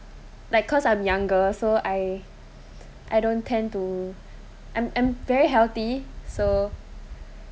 like cause I'm younger so I I don't tend to I'm I'm very healthy so